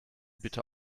bitte